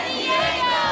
Diego